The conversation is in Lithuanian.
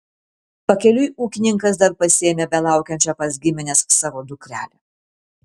pakeliui ūkininkas dar pasiėmė belaukiančią pas gimines savo dukrelę